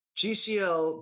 gcl